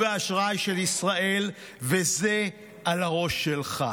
האשראי של ישראל, וזה על הראש שלך.